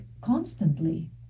constantly